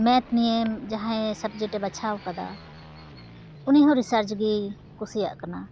math ᱱᱤᱭᱟᱹ ᱡᱟᱦᱟᱸᱭ ᱥᱟᱵᱽᱡᱮᱠᱴᱮ ᱵᱟᱪᱷᱟᱣ ᱟᱠᱟᱫᱟ ᱩᱱᱤᱦᱚᱸ ᱨᱤᱥᱟᱨᱪ ᱜᱮᱭ ᱠᱩᱥᱤᱭᱟᱜ ᱠᱟᱱᱟ